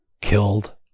killed